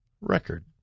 record